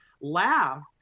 laugh